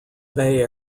bay